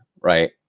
right